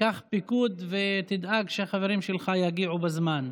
קח פיקוד ותדאג שהחברים שלך יגיעו בזמן.